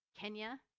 Kenya